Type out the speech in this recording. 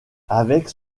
avec